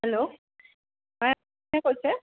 hello হাঁ কোনে কৈছে